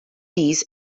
these